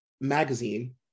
magazine